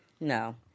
No